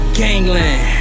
gangland